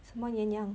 什么绵羊